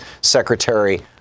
Secretary